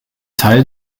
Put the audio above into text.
teil